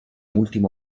ultimo